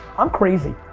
i'm crazy.